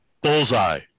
bullseye